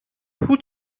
who